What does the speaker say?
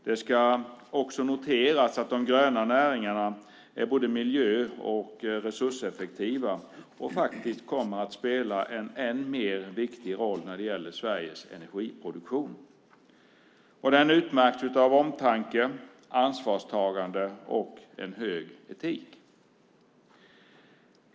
Det ska också noteras att de gröna näringarna är både miljö och resurseffektiva och faktiskt kommer att spela en ännu viktigare roll för Sveriges energiproduktion. Den utmärks av omtanke, ansvarstagande och en god etik.